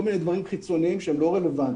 מיני דברים חיצוניים שהם לא רלוונטיים,